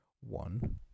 One